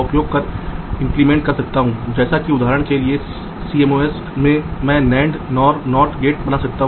इसलिए जैसा कि आप देख सकते हैं कि उन सभी को एक साथ एक ही परत पर रखना संभव है